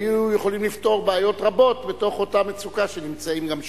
היו יכולים לפתור בעיות רבות בתוך אותה מצוקה שנמצאים גם שם.